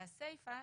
בסיפא: